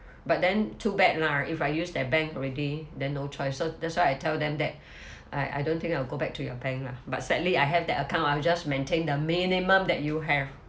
but then too bad lah if I use their bank already then no choice so that's why I tell them that I I don't think I would go back to your bank lah but sadly I have that account I will just maintain the minimum that you have